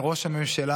ובין ראש הממשלה,